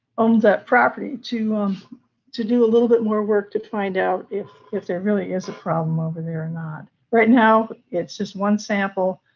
owns that property to um to do a little bit more work to find out if if there really is a problem over there or not. right now it's just one sample,